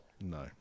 No